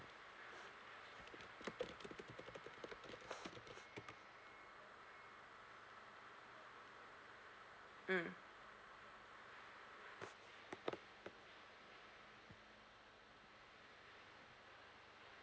mm